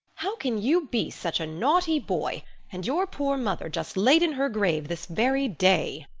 how can you be such a naughty boy and your poor mother just laid in her grave this very day?